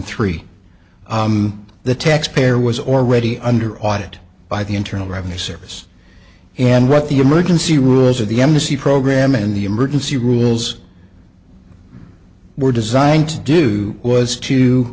three the taxpayer was already under audit by the internal revenue service and what the emergency rules of the embassy program in the emergency rules were designed to do was to